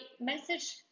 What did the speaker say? message